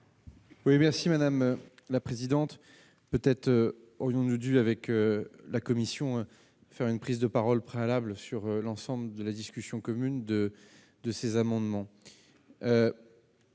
merci madame la présidente, peut-être aurions-nous dû avec la commission, faire une prise de parole préalable sur l'ensemble de la discussion commune de de ces amendements.